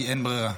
כי אין ברירה.